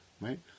right